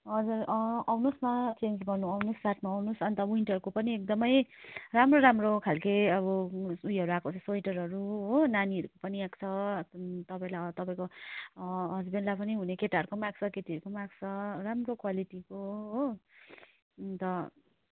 हजुर आउनु होस् न चेन्ज गर्न आउनु होस् साट्नु आउनु होस् अन्त विन्टरको पनि एकदम राम्रो राम्रो खाले अब उयोहरू आएको स्वेटरहरू हो नानीहरूको पनि आएको छ तपाईँलाई तपाईँको हस्बेन्डलाई पनि हुने केटाहरूको आएको छ केटीहरूको आएको छ राम्रो क्वालिटीको हो अन्त